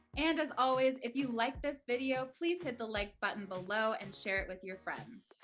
and as always if you like this video please hit the like button below and share it with your friends.